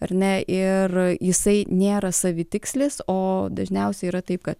ar ne ir jisai nėra savitikslis o dažniausiai yra taip kad